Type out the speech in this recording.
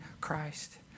Christ